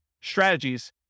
strategies